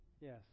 Yes